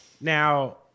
Now